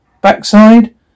backside